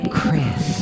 Chris